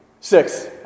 six